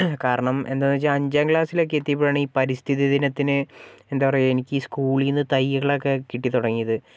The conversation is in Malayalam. കാരണം എന്താന്ന് വെച്ചാൽ അഞ്ചാക്ലാസ്സിലൊക്കെ എത്തിയപ്പോഴാണ് ഈ പരിസ്ഥി ദിനത്തിന് എന്താ പറയുക എനിക്ക് സ്കൂളിൽ നിന്ന് തൈകളൊക്കെ കിട്ടി തുടങ്ങിയത്